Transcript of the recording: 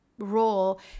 role